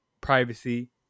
privacy